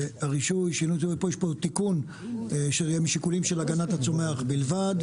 יש פה תיקון משיקולים של הגנת הצומח בלבד.